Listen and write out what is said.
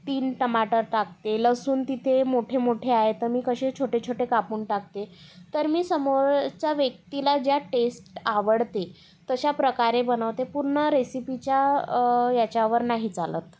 तीन टमाटर टाकते लसूण तिथे मोठे मोठे आहेत तर मी कसे छोटे छोटे कापून टाकते तर मी समोरच्या व्यक्तीला ज्या टेस्ट आवडते तशाप्रकारे बनवते पूर्ण रेसिपीच्या याच्यावर नाही चालत